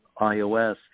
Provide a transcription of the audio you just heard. iOS